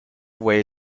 way